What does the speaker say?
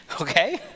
Okay